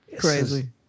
Crazy